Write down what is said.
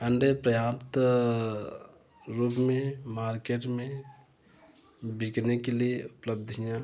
अंडे पर्याप्त रूप में मार्केट में बिकने के लिए उपलब्धियाँ